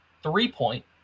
Three-point